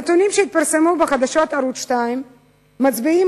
הנתונים שהתפרסמו בחדשות ערוץ-2 מצביעים